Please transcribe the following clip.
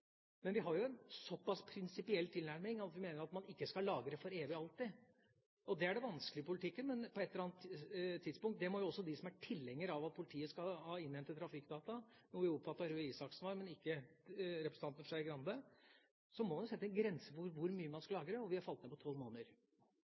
Men vi har en så pass prinsipiell tilnærming at vi mener at man ikke skal lagre for evig og alltid. Det er det vanskelige i politikken, men på et eller annet tidspunkt må jo også de som er tilhengere av at politiet skal innhente trafikkdata – noe jeg oppfattet at Røe Isaksen var, men ikke Skei Grande – sette grenser for hvor lenge man skal